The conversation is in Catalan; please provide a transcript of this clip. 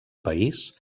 país